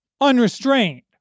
unrestrained